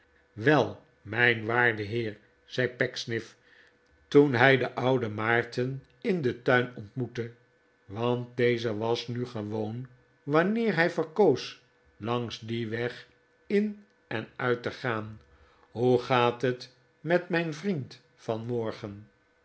wel mijn waarde heer zei pecksniff toen hij den ouden maarten in den tuin ontmoette want deze was nu gewoon wanneer hij verkoos langs dien weg in en uit te gaan hoe gaat het met mijn vriend vanmorgen